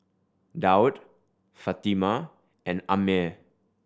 Daud Fatimah and Ammir